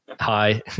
hi